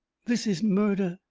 this is murder,